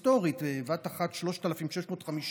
היסטורית, בבת אחת 3,650